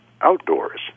outdoors